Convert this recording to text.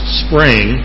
spring